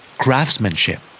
craftsmanship